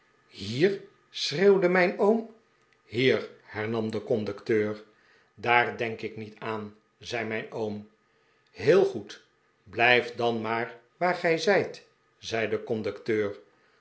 hier schreeuwde mijn oom hier hernam de conducteur daar denk ik niet aan zei mijn oom heel goed blijf dan maar waar gij zijt zei de conducteur